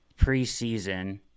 preseason –